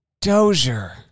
Dozier